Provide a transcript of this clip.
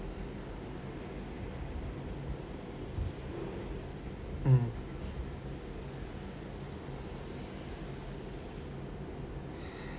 mm